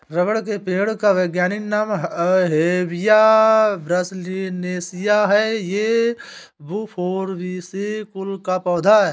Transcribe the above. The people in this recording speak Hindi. रबर के पेड़ का वैज्ञानिक नाम हेविया ब्रासिलिनेसिस है ये युफोर्बिएसी कुल का पौधा है